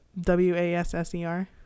W-A-S-S-E-R